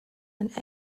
and